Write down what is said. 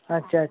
अच्छा अच्छा